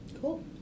Cool